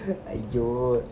ஐயோ:iyoo